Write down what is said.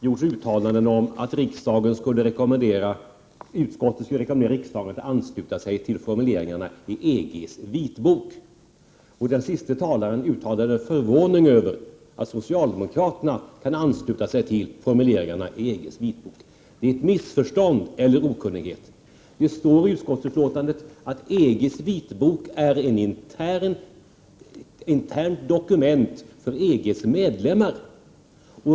Herr talman! Det har i några inlägg i dagens debatt gjorts uttalanden om att utskottet skulle rekommendera riksdagen att ansluta sig till formuleringarna i EG:s vitbok. Den senaste talaren uttalade förvåning över att socialdemokraterna kan ansluta sig till dessa. Det är ett missförstånd eller beror på okunnighet. I utskottsbetänkandet står att EG:s vitbok är ett internt dokument för EG:s medlemmar.